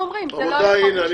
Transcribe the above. רבותיי,